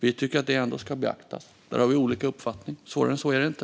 Vi tycker att det ändå ska beaktas. Där har vi olika uppfattningar. Svårare än så är det inte.